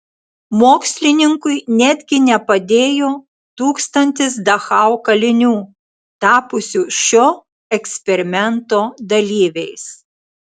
mokslininkui netgi nepadėjo tūkstantis dachau kalinių tapusių šio eksperimento dalyviais